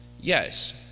Yes